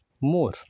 more